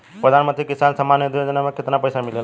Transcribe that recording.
प्रधान मंत्री किसान सम्मान निधि योजना में कितना पैसा मिलेला?